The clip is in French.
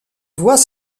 voix